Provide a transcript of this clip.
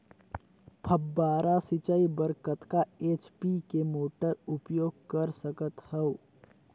फव्वारा सिंचाई बर कतका एच.पी के मोटर उपयोग कर सकथव?